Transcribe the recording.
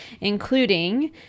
including